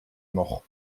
noch